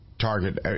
Target